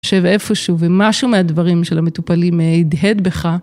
יושב איפשהו, ומשהו מהדברים של המטופלים הידהד בך.